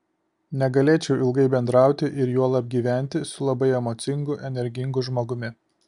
negalėčiau ilgai bendrauti ir juolab gyventi su labai emocingu energingu žmogumi